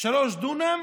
שלושה דונמים